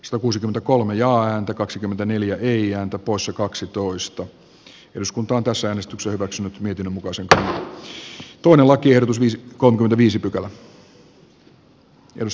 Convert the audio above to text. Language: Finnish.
iso kuusikymmentäkolme jaa ääntä kaksikymmentäneljä eija satu haapanen on risto kalliorinteen kannattamana ehdottanut että pykälä hyväksytään vastalauseen mukaisena